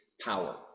power